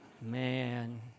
man